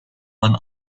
went